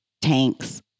tanks